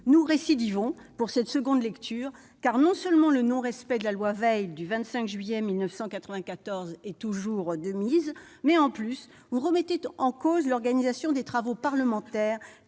Nous récidivons pour cette nouvelle lecture, car, si le non-respect de la loi Veil du 25 juillet 1994 est toujours de mise, vous remettez maintenant en cause l'organisation des travaux parlementaires